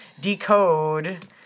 decode